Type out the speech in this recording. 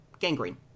gangrene